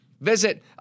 visit